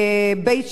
בית-שאן,